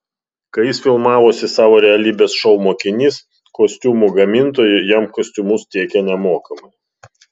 kai jis filmavosi savo realybės šou mokinys kostiumų gamintojai jam kostiumus tiekė nemokamai